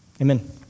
Amen